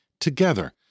together